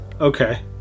Okay